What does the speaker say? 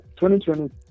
2020